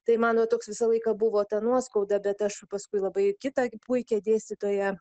tai mano toks visą laiką buvo ta nuoskauda bet aš paskui labai kitą puikią dėstytoją